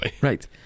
right